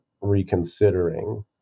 reconsidering